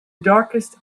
darkest